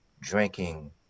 drinking